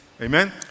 amen